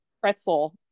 Pretzel